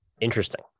Interesting